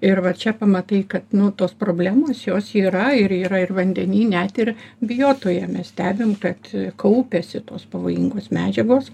ir va čia pamatai kad nu tos problemos jos yra ir yra ir vandeny net ir biotoje mes stebim kad kaupiasi tos pavojingos medžiagos